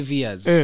years